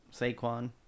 Saquon